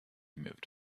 moved